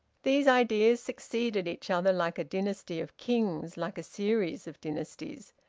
these ideas succeeded each other like a dynasty of kings, like a series of dynasties,